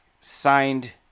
signed